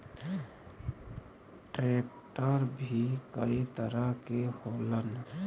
tractor भी कई तरह के होलन